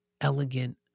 elegant